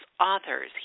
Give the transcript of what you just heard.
Authors